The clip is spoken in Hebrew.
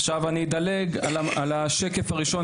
עכשיו, אני אדלג על השקף הראשון.